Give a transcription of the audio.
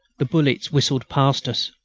the bullets whistled past us.